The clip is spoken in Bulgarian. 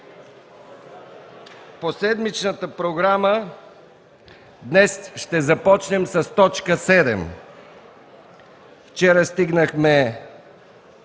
По седмичната програма днес ще започнем с т. 7. Вчера стигнахме